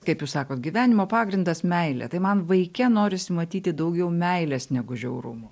kaip jūs sakote gyvenimo pagrindas meilė tai man vaike norisi matyti daugiau meilės negu žiaurumo